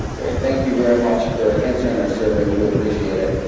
great, thank you very much for answering our survey. we do appreciate it.